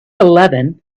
eleven